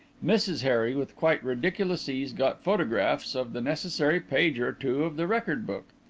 mrs harry, with quite ridiculous ease, got photographs of the necessary page or two of the record-book.